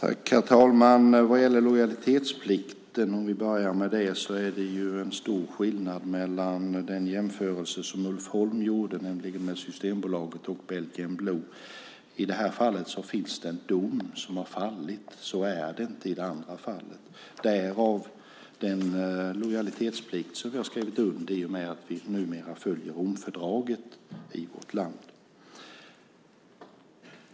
Herr talman! Vad gäller lojalitetsplikten, om vi börjar med det, så är det ju en stor skillnad mot den jämförelse som Ulf Holm gjorde, nämligen mellan Systembolaget och Belgian blue. I det här fallet finns det en dom som har fallit. Så är det inte i det andra fallet, därav den lojalitetsplikt som vi har skrivit under i och med att vi numera följer Romfördraget i vårt land.